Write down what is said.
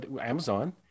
Amazon